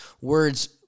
Words